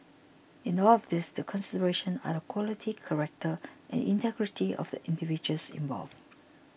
in all of these the considerations are the quality character and integrity of the individuals involved